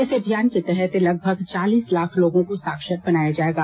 इस अभियान के तहत लगभग चालीस लाख लोगों को साक्षर बनाया जाएगा